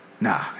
Nah